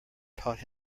taught